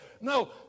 No